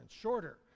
shorter